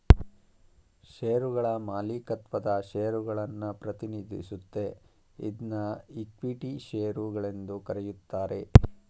ಶೇರುಗಳ ಮಾಲೀಕತ್ವದ ಷೇರುಗಳನ್ನ ಪ್ರತಿನಿಧಿಸುತ್ತೆ ಇದ್ನಾ ಇಕ್ವಿಟಿ ಶೇರು ಗಳೆಂದು ಕರೆಯುತ್ತಾರೆ